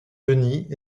denis